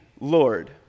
Lord